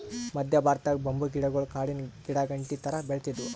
ಮದ್ಯ ಭಾರತದಾಗ್ ಬಂಬೂ ಗಿಡಗೊಳ್ ಕಾಡಿನ್ ಗಿಡಾಗಂಟಿ ಥರಾ ಬೆಳಿತ್ತಿದ್ವು